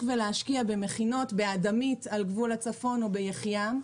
ולהשקיע במכינות באדמית על גבול הצפון או ביחיעם.